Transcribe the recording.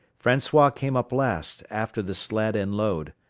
francois came up last, after the sled and load.